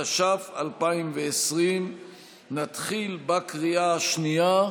התש"ף 2020. נתחיל בקריאה השנייה.